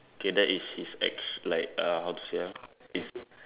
okay that is his act~ like uh how to say ah